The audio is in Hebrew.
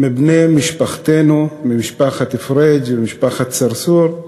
מבני משפחתנו, ממשפחת פריג' וממשפחת צרצור,